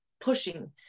pushing